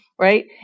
Right